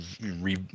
re